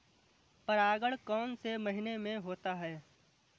परागण कौन से महीने में होता है?